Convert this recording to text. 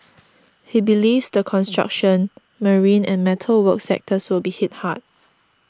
he believes the construction marine and metal work sectors will be hit hard